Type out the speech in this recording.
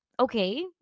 Okay